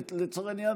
לצורך העניין,